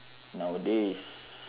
nowadays